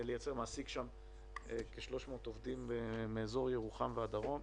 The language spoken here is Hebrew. מעסיק כ-300 עובדים מאזור ירוחם והדרום.